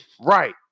right